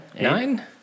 Nine